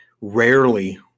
rarely